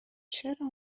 چرا